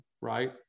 right